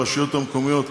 הרשויות המקומיות,